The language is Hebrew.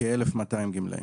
כ-1,200 גמלאים.